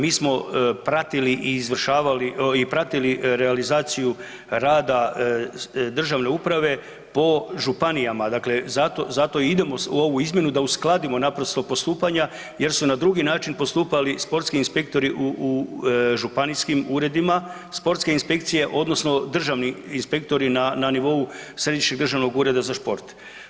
Mi smo pratili i izvršavali i pratili realizaciju rada državne uprave po županijama, dakle zato i idemo u ovu izmjenu da uskladimo naprosto postupanja jer su na drugi način postupali sportski inspektori u županijskim uredima, sportske inspekcije odnosno državni inspektori na nivou središnjeg državnog ureda za šport.